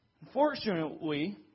Unfortunately